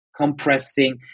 compressing